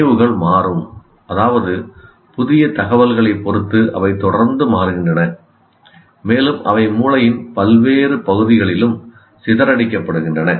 நினைவுகள் மாறும் அதாவது புதிய தகவல்களைப் பொறுத்து அவை தொடர்ந்து மாறுகின்றன மேலும் அவை மூளையின் பல்வேறு பகுதிகளிலும் சிதறடிக்கப்படுகின்றன